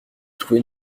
trouver